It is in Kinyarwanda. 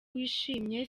wishimye